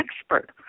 expert